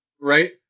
Right